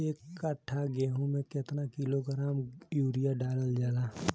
एक कट्टा गोहूँ में केतना किलोग्राम यूरिया डालल जाला?